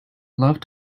loved